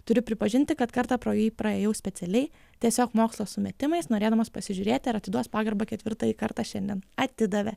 turiu pripažinti kad kartą pro jį praėjau specialiai tiesiog mokslo sumetimais norėdamas pasižiūrėti ar atiduos pagarbą ketvirtąjį kartą šiandien atidavė